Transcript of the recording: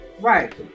Right